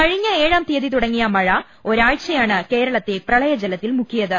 കഴിഞ്ഞ ഏഴാം തീയതി തുടങ്ങിയ മഴ ഒരാഴ്ചയാണ് കേരളത്തെ പ്രള യജലത്തിൽ മുക്കിയത്